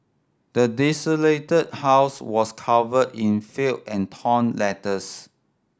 the desolated house was covered in filth and torn letters